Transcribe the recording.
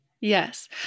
Yes